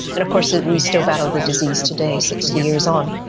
and of course ah we still battle the disease today sixty years on.